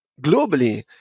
globally